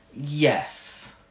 Yes